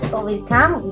overcome